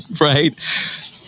right